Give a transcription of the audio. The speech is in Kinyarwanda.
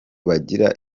bagira